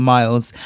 Miles